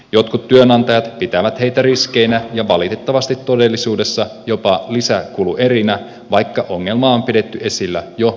jotkut työnantajat pitävät heitä riskeinä ja valitettavasti todellisuudessa jopa lisäkuluerinä vaikka ongelmaa on pidetty esillä jo vuosikaudet